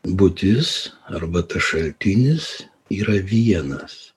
būtis arba tas šaltinis yra vienas